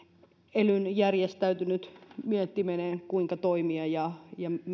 elyn järjestäytynyt miettiminen kuinka toimia ja